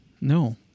no